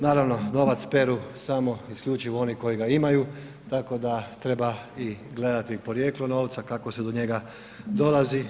Naravno novac peru samo isključivo oni koji ga imaju, tako da treba gledati i porijeklo novca kako se do njega dolazi.